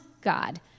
God